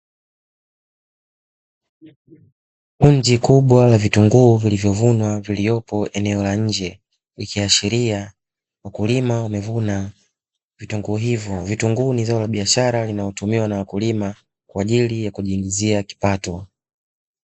Kundi kubwa la vitunguu vilivyovunwa viliyoopo eneo la nje, ikiashiria wakulima wamevuna vitunguu hivyo. Vitunguu ni zao la biashara linalotumiwa na wakulima kwa ajili ya kujiingizia kipato.